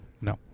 No